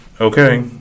Okay